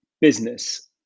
business